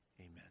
Amen